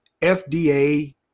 FDA